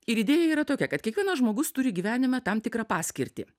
ir idėja yra tokia kad kiekvienas žmogus turi gyvenime tam tikrą paskirtį